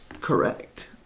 correct